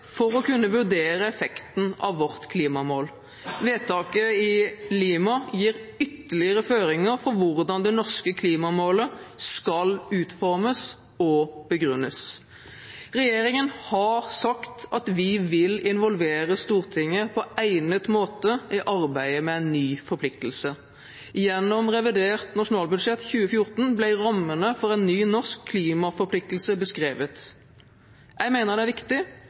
for å kunne vurdere effekten av vårt klimamål. Vedtaket i Lima gir ytterligere føringer for hvordan det norske klimamålet skal uformes og begrunnes. Vi i regjeringen har sagt at vi vil involvere Stortinget på egnet måte i arbeidet med en ny forpliktelse. Gjennom revidert nasjonalbudsjett 2014 ble rammene for en ny norsk klimaforpliktelse beskrevet. Jeg mener det er viktig